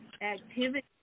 activity